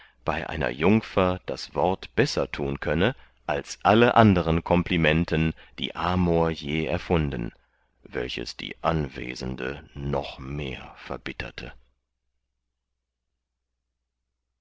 bei einer jungfer das wort besser tun könne als alle andere komplimenten die amor je erfunden welches die anwesende noch mehr verbitterte